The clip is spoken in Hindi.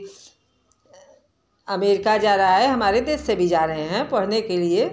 अमेरिका जा रहा है हमारे देश से भी जा रहे हैं पढ़ने के लिए